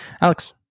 Alex